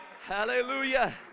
Hallelujah